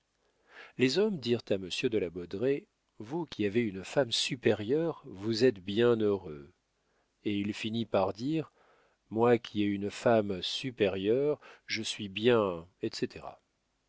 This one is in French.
les hommes dirent à monsieur de la baudraye vous qui avez une femme supérieure vous êtes bien heureux et il finit par dire moi qui ai une femme supérieure je suis bien etc